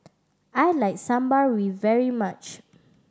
I like Sambar very much